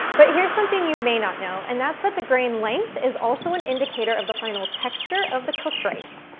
but here's something you may not know, and that's that the grain length is also an indicator of the final texture of the cooked rice.